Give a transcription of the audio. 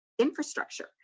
infrastructure